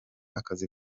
akazi